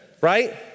right